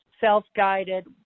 self-guided